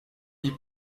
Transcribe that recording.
dis